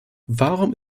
warum